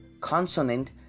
consonant